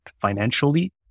financially